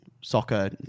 soccer